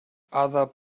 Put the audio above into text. other